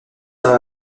dans